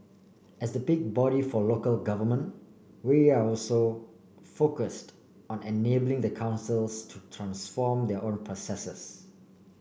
as the peak body for local government we're also focused on enabling the councils to transform their own processes